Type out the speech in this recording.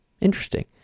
interesting